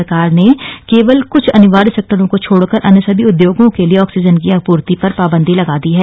केन्द्र सरकार ने केवल कुछ अनिवार्य सेक्टरों को छोड़कर अन्य सभी उद्योगों के लिए ऑक्सीजन की आपूर्ति पर पाबंदी लगा दी है